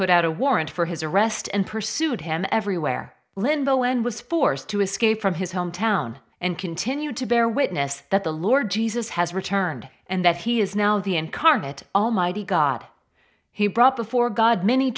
put out a warrant for his arrest and pursued him everywhere limbo and was forced to escape from his hometown and continued to bear witness that the lord jesus has returned and that he is now the incarnate almighty god he brought before god many